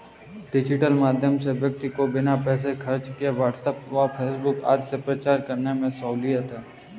digital माध्यम से व्यक्ति को बिना पैसे खर्च किए व्हाट्सएप व फेसबुक आदि से प्रचार करने में सहूलियत है